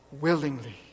willingly